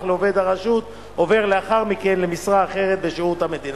לעובד הרשות עובר לאחר מכן למשרה אחרת בשירות המדינה.